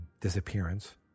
disappearance